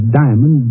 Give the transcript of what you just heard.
diamond